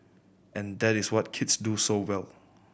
and that is what kids do so well